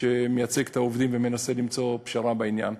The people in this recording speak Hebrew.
שמייצג את העובדים ומנסה למצוא פשרה בעניין.